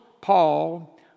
Paul